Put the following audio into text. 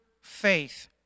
faith